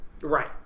Right